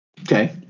Okay